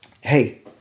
hey